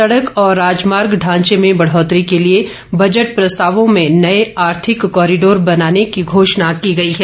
सड़क और राजमार्ग ढांचे में बढ़ोतरी के लिए बजट प्रस्तावों में नये आर्थिक कॉरीडोर बनाने की घोषणा की गई है